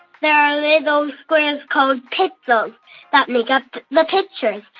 there are little squares called pixels um that make up the pictures.